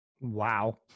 Wow